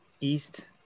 East